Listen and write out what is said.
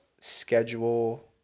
schedule